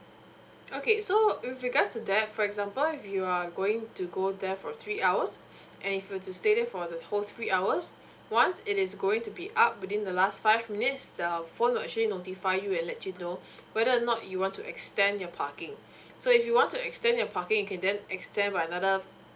okay so with regards to that for example if you are going to go there for three hours and if you were to stay there for the whole three hours once it is going to be up within the last five minutes the phone will actually notify you and let you know whether or not you want to extend your parking so if you want to extend your parking you can then extend by another